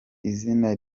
izina